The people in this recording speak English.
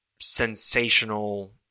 sensational